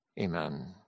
Amen